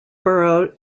borough